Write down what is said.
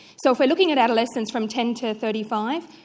so if we are looking at adolescents from ten to thirty five,